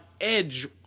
edge